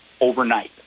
overnight